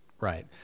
Right